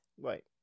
Right